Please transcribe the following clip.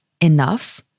enough